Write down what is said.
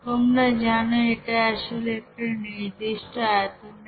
তোমরা জানো এটা আসলে একটা নির্দিষ্ট আয়তন এর সিস্টেম